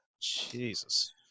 Jesus